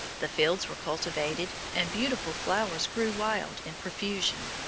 the fields were cultivated, and beautiful flowers grew wild in profusion.